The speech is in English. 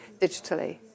digitally